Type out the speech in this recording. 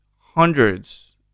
hundreds